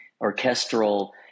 orchestral